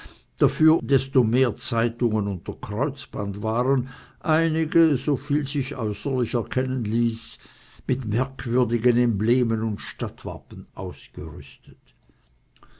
dafür aber desto mehr zeitungen unter kreuzband waren einige soviel sich äußerlich erkennen ließ mit merkwürdigen emblemen und stadtwappen ausgerüstet